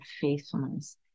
faithfulness